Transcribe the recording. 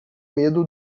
medo